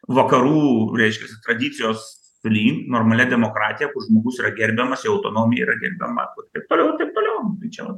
vakarų reiškiasi tradicijos priimt normalia demokratija kur žmogus yra gerbiamas jo autonomija yra gerbiama taip toliau ir taip toliau tai čia va